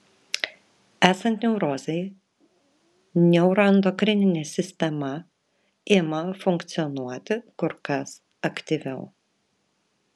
esant neurozei neuroendokrininė sistema ima funkcionuoti kur kas aktyviau